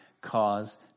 cause